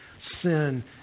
sin